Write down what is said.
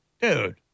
Dude